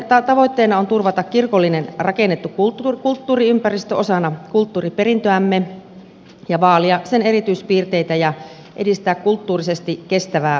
suojelun tavoitteena on turvata kirkollinen rakennettu kulttuuriympäristö osana kulttuuriperintöämme ja vaalia sen erityispiirteitä ja edistää kulttuurisesti kestävää hoitoa